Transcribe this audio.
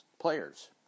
players